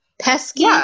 Pesky